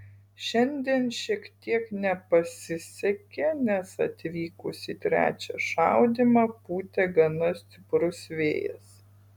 šiandien šiek tiek nepasisekė nes atvykus į trečią šaudymą pūtė gana stiprus vėjas